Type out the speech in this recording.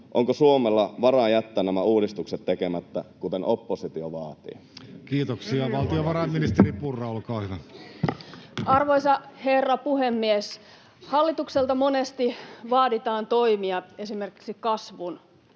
Onko Suomella varaa jättää nämä uudistukset tekemättä, kuten oppositio vaatii? Kiitoksia. — Valtiovarainministeri Purra, olkaa hyvä. Arvoisa herra puhemies! Hallitukselta monesti vaaditaan toimia esimerkiksi kasvun